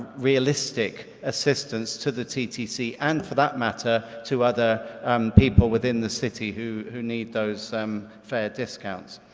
realistic assistance to the ttc and for that matter to other people within the city who who need those um fare discounts.